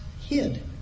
hid